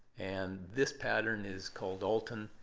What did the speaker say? and this pattern is called alton.